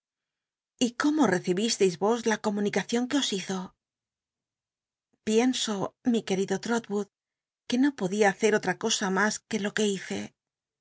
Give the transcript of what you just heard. y cómo tecibislcis vos la comunicacion que os hizo piens o mi querido trotwood que no podia hacer otra cosa mas que lo que hice